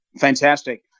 Fantastic